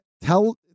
Tell